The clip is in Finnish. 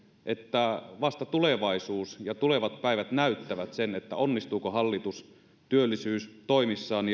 että vasta tulevaisuus ja tulevat päivät näyttävät sen onnistuuko hallitus työllisyystoimissaan